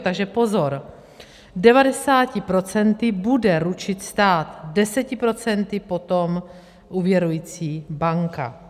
Takže pozor 90 procenty bude ručit stát, 10 procenty potom úvěrující banka.